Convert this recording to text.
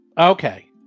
Okay